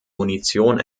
munition